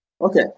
Okay